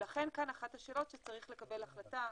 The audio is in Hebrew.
לכן כאן אחת השאלות שצריך לקבל החלטה,